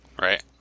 Right